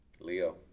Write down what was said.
Leo